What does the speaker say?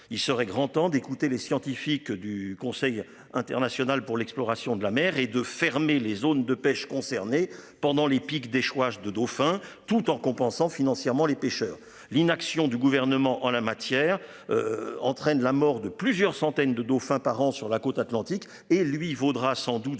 Il serait grand temps d'écouter les scientifiques du Conseil international pour l'exploration de la mer et de fermer les zones de pêche concernées pendant les pics d'échouage de dauphins tout en compensant financièrement les pêcheurs l'inaction du gouvernement en la matière. Entraîne la mort de plusieurs centaines de dauphins par an sur la côte Atlantique et lui vaudra sans doute